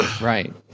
Right